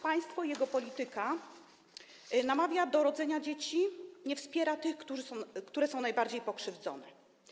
Państwo, jego polityka, namawia do rodzenia dzieci, nie wspiera tych, które są najbardziej pokrzywdzone.